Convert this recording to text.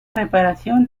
reparación